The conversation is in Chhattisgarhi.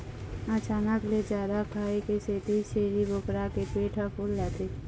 अचानक ले जादा खाए के सेती छेरी बोकरा के पेट ह फूल जाथे